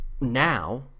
now